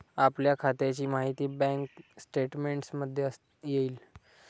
आपल्या खात्याची माहिती बँक स्टेटमेंटमध्ये येईल